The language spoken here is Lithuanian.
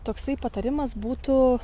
toksai patarimas būtų